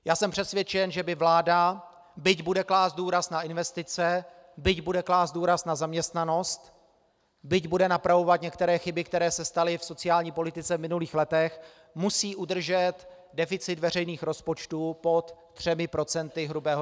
Já jsem přesvědčen, že by vláda, byť bude klást důraz na investice, byť bude klást důraz na zaměstnanost, byť bude napravovat některé chyby, které se staly v sociální politice v minulých letech, měla udržet deficit veřejných rozpočtů pod 3 % HDP.